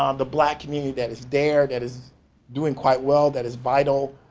um the black community that is there that is doing quite well, that is vital.